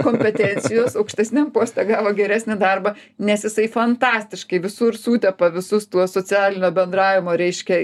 kompetencijos aukštesniam poste gavo geresnį darbą nes jisai fantastiškai visur sutepa visus tuos socialinio bendravimo reiškia